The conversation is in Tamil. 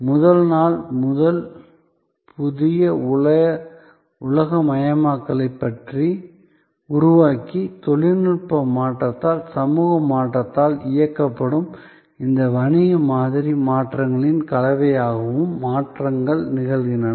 முதல் நாள் முதல் புதிய உலகமயமாக்கலை உருவாக்கி தொழில்நுட்ப மாற்றத்தால் சமூக மாற்றத்தால் இயக்கப்படும் இந்த வணிக மாதிரி மாற்றங்களின் கலவையாகவும் மாற்றங்கள் நிகழ்கின்றன